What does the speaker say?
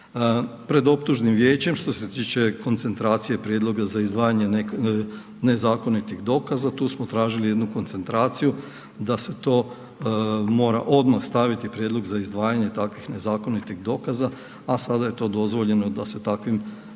Pred optužnim vijećem, što se tiče koncentracije prijedloga za izdvajanje nezakonitih dokaza, tu smo tražili jednu koncentraciju da se to mora odmah staviti prijedlog za izdvajanje takvih nezakonitih dokaza, a sada je to dozvoljeno da se takvim